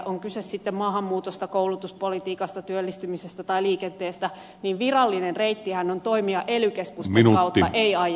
on kyse sitten maahanmuutosta koulutuspolitiikasta työllistymisestä tai liikenteestä niin virallinen reittihän on toimia ely keskusten kautta ei aiesopimusten